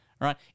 right